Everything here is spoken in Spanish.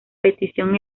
petición